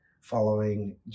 following